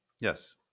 Yes